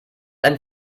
ein